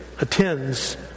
attends